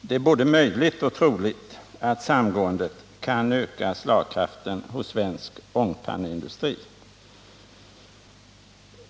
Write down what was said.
Det är både möjligt och troligt att det samgåendet kan öka slagkraften hos svensk ångpanneindustri.